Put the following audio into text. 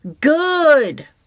good